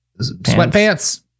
sweatpants